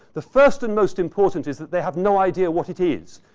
the first and most important is that they have no idea what it is.